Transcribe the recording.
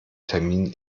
term